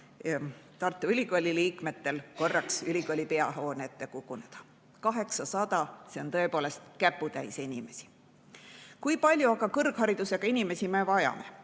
Tartu Ülikooli [inimestel] korraks ülikooli peahoone ette koguneda. 800 – see on tõepoolest käputäis inimesi. Kui palju kõrgharidusega inimesi me aga vajame?